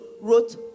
wrote